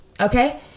okay